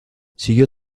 siguió